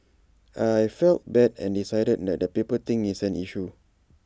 I felt bad and decided that the paper thing is an issue